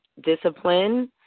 discipline